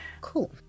Cool